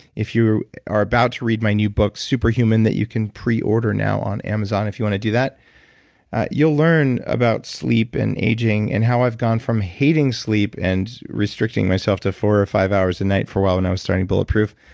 if you are about to read my new book super human, that you can pre-order now on amazon, if you want to do that you'll learn about sleep and aging, and how i've gone from hating sleep and restricting myself to four or five hours a night for a while when i was starting bulletproof,